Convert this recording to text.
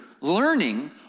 learning